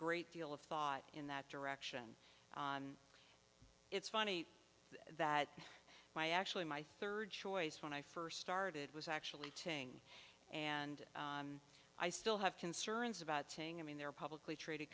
great deal of thought in that direction it's funny that my actually my third choice when i first started was actually taking and i still have concerns about saying i mean they're publicly traded